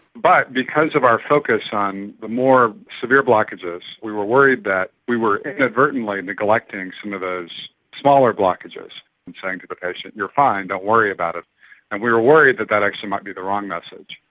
but because of our focus on the more severe blockages we were worried that we were inadvertently neglecting some of those smaller blockages and saying to the patient, you're fine, don't worry about it and we were worried that that actually might be the wrong message.